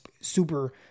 super